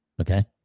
okay